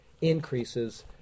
increases